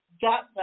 got